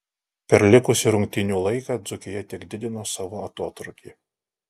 per likusį rungtynių laiką dzūkija tik didino savo atotrūkį